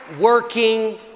working